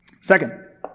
Second